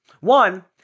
One